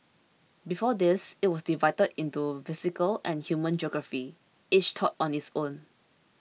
before this it was divided into physical and human geography each taught on its own